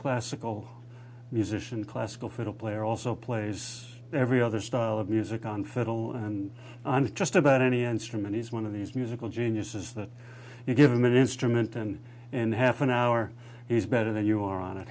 classical musician classical fiddle player also plays every other style of music on fiddle and just about any instrument he's one of these musical geniuses that you give him an instrument and in half an hour he's better than you are on it